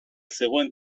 zegoen